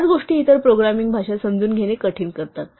याच गोष्टी इतर प्रोग्रामिंग भाषा समजून घेणे कठीण करतात